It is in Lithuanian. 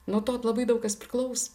nuo to labai daug kas priklauso